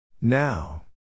Now